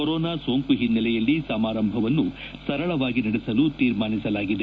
corona ಸೋಂಕು ಹಿನ್ನೆಲೆಯಲ್ಲಿ ಸಮಾರಂಭವನ್ನು ಸರಳವಾಗಿ ನಡೆಸಲು ತೀರ್ಮಾನಿಸಲಾಗಿದೆ